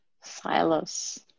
silos